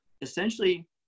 essentially